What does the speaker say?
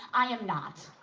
i am not.